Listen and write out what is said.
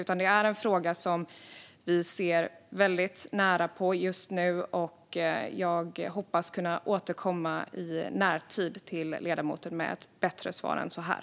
Det här är en fråga som vi ser väldigt nära på just nu, och jag hoppas kunna återkomma i närtid till ledamoten med bättre svar än så här.